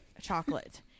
chocolate